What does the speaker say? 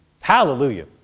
Hallelujah